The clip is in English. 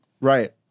Right